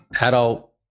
adult